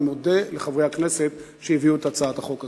אני מודה לחברי הכנסת שהביאו את הצעת החוק הזאת.